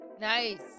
Nice